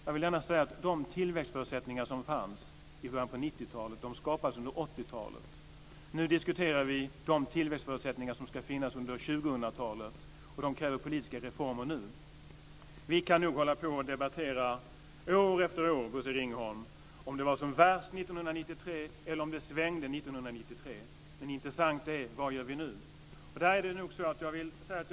Jag vill gärna säga att de tillväxtförutsättningar som fanns i början på 90-talet skapades under 80 talet. Nu diskuterar vi de tillväxtförutsättningar som ska finnas under 2000-talet, och de kräver politiska reformer nu. Vi kan nog hålla på att år efter år debattera om det var som värst 1993 eller om det svängde 1993, Bosse Ringholm, men det intressanta är vad vi gör nu.